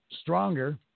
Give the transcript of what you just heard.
stronger